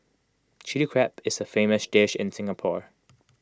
Chilli Crab is A famous dish in Singapore